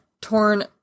torn